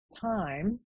time